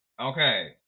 Okay